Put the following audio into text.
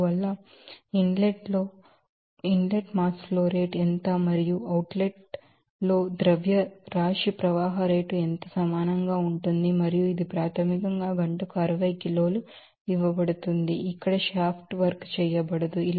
అందువల్ల inlet లో mass flow rate ఎంత మరియు అవుట్ లెట్ లో మాస్ ఫ్లో రేట్ ఎంత సమానంగా ఉంటుంది మరియు ఇది ప్రాథమికంగా గంటకు 60 కిలోలు ఇవ్వబడుతుంది మరియు ఇక్కడ షాఫ్ట్ వర్క్ చేయబడదు